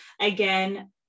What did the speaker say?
Again